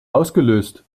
ausgelöst